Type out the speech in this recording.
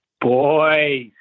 Boys